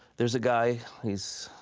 there's a guy, he's,